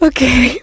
Okay